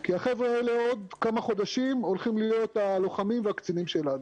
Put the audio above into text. כי החבר'ה האלה עוד כמה חודשים הולכים להיות הלוחמים והקצינים שלנו.